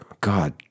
god